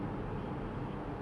um